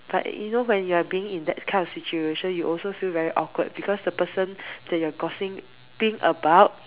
but you know when you are being in that kind of situation you also feel very awkward because the person that you are gossiping about